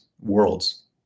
worlds